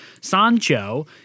Sancho